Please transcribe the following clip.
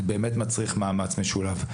זה מצריך מאמץ משולב.